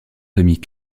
famille